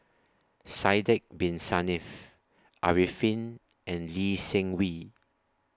Sidek Bin Saniff Arifin and Lee Seng Wee